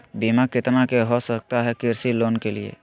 बीमा कितना के हो सकता है कृषि लोन के लिए?